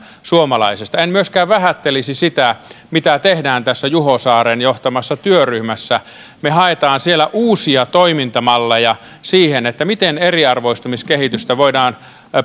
suomalaisesta en myöskään vähättelisi sitä mitä tehdään tässä juho saaren johtamassa työryhmässä me haemme siellä uusia toimintamalleja siihen miten eriarvoistumiskehitystä voidaan